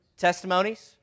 Testimonies